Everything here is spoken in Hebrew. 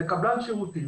זה קבלן שירותים,